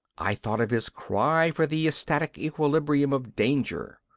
i thought of his cry for the ecstatic equilibrium of danger,